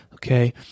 okay